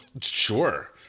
sure